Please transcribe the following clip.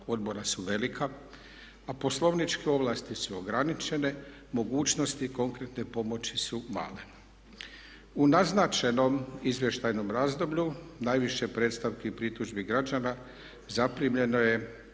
Odbora su velika a poslovničke ovlasti su ograničene, mogućnosti konkretne pomoći su male. U naznačenom izvještajnom razdoblju najviše predstavki i pritužbi građana zaprimljeno je